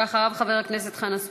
ואחריו, חבר הכנסת חנא סוייד.